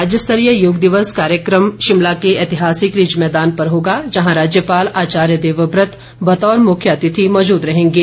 राज्य स्तरीय योग दिवस कार्यक्रम शिमला के ऐतिहासिक रिज मैदान पर होगा जहां राज्यपाल आचार्य देवव्रत बतौर मुख्य अतिथि मौजूद रहेंगे